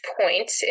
point